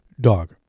Dog